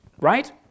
right